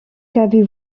qu’avez